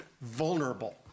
vulnerable